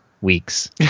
weeks